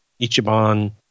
Ichiban